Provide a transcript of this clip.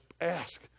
ask